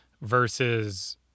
versus